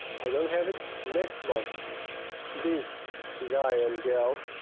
i don't have it. next one this guy and girl